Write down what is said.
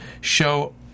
show